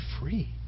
free